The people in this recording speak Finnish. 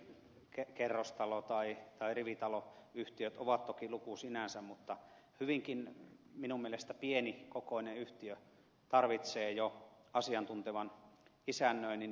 mainitut pienkerrostalo tai rivitaloyhtiöt ovat toki luku sinänsä mutta minun mielestäni hyvinkin pienikokoinen yhtiö tarvitsee jo asiantuntevan isännöinnin